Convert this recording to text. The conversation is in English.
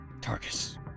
Tarkus